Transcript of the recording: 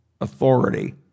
authority